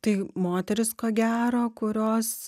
tai moterys ko gero kurios